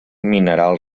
mineral